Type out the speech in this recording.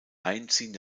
einziehen